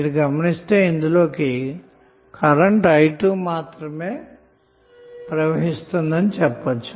మీరు గమనిస్తే ఇందులోకి కరెంటు i2 మాత్రమే ఉందని చెప్పచ్చు